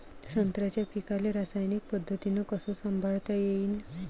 संत्र्याच्या पीकाले रासायनिक पद्धतीनं कस संभाळता येईन?